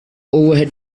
overhead